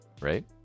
right